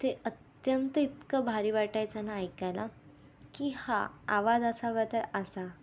ते अत्यंत इतकं भारी वाटायचं ना ऐकायला की हा आवाज असावा तर असा